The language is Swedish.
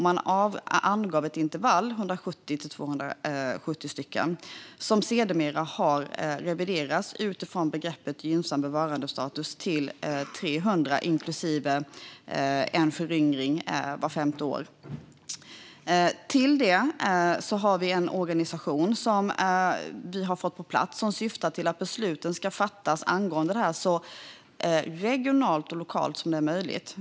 Man angav ett intervall på 170-270, som sedermera har reviderats utifrån begreppet gynnsam bevarandestatus till 300 inklusive en föryngring vart femte år. Till det har vi en organisation som vi har fått på plats som syftar till att besluten angående detta ska fattas så regionalt och lokalt som möjligt.